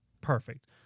perfect